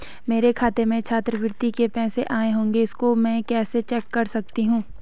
मेरे खाते में छात्रवृत्ति के पैसे आए होंगे इसको मैं कैसे चेक कर सकती हूँ?